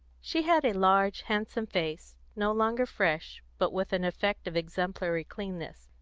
she had a large, handsome face, no longer fresh, but with an effect of exemplary cleanness,